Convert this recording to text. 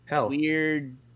weird